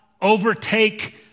overtake